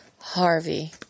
Harvey